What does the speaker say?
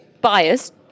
biased